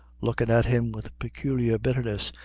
looking at him with peculiar bitterness,